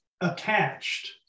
attached